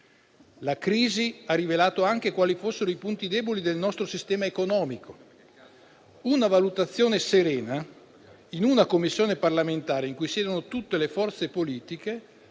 La crisi ha rivelato anche quali fossero i punti deboli del nostro sistema economico. Una valutazione serena in una Commissione parlamentare in cui siedano tutte le forze politiche